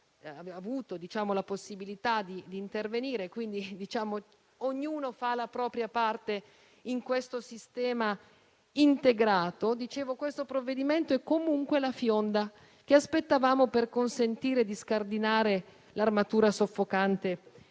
abbiamo avuto noi la possibilità di intervenire. Quindi, ognuno fa la propria parte in questo sistema integrato. Questo provvedimento è comunque la fionda che aspettavamo per consentire di scardinare l'armatura soffocante